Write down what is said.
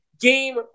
game